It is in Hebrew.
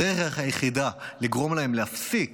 הדרך היחידה לגרום להם להפסיק